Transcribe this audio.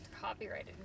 copyrighted